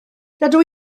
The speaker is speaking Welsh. dydw